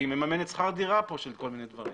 כי היא ממנת שכר דירה פה של כול מיני דברים.